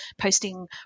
posting